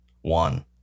One